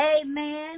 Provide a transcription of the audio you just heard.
Amen